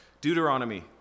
Deuteronomy